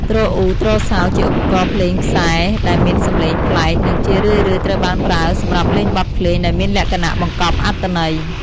ទ្រអ៊ូ ទ្រសោ ជាឧបករណ៍ភ្លេងខ្សែដែលមានសំឡេងប្លែក និងជារឿយៗត្រូវបានប្រើសម្រាប់លេងបទភ្លេងដែលមានលក្ខណៈបង្កប់អត្ថន័យ។